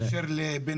מעניין.